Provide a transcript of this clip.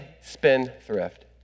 spendthrift